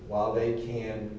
while they can